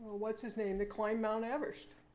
what's his name that climbed mt. everest?